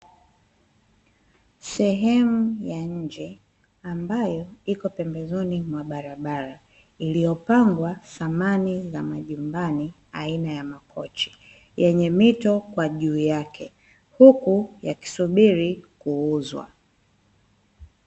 Sehemu ya nje ambayo iko pembezoni mwa barabara iliyopangwa samani za majumbani aina ya makochi, yenye mito kwa juu yake huku yakisubiri kuuzwa.